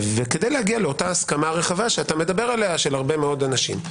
ואפילו הצלחנו להגיע להסכמה רחבה בכנסת כמה וכמה מפלגות,